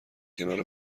کنار